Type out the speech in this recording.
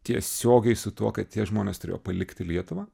tiesiogiai su tuo kad tie žmonės turėjo palikti lietuvą